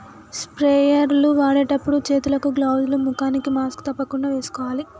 sprayer లు వాడేటప్పుడు చేతులకు గ్లౌజ్ లు, ముఖానికి మాస్క్ తప్పకుండా వేసుకోవాలి